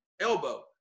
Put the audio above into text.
elbow